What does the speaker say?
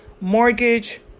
mortgage